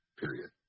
period